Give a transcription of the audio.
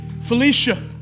Felicia